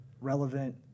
relevant